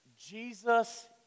Jesus